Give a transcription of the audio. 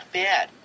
bad